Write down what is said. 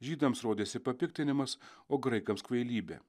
žydams rodėsi papiktinimas o graikams kvailybė